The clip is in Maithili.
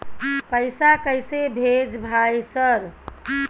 पैसा कैसे भेज भाई सर?